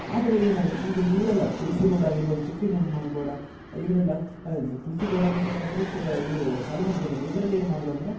ಆದರೆ ಏನಂದರೆ ಈಗ ಇವ್ರು ಎಲ್ಲ ತುಳ್ಸಿ ಗೌಡ ಆಗಿರ್ಬೋದು ಸುಕ್ರಿಮಮ್ಮ ಗೌಡ ಇವರೆಲ್ಲ ತುಳ್ಸಿ ಗೌಡ ಮತ್ತೇನು ಆಗ್ತದೆ ತುಳ ಇವರು ಸಾಲು ಮರದ ದೇನೆಕ್ಕ ಇವರೆಲ್ಲ ಏನು ಮಾಡುದ ಅಂದರೆ